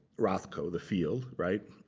rothko, the field, right?